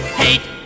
hate